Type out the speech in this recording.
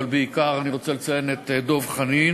אבל בעיקר אני רוצה לציין את דב חנין.